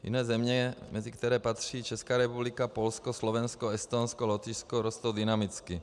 Jiné země, mezi které patří Česká republika, Polsko, Slovensko, Estonsko, Lotyšsko, rostou dynamicky.